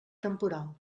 temporal